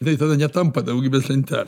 jinai tada netampa daugybės lentel